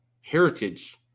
heritage